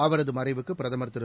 அவரதுமறைவுக்குப் பிரதமர் திரு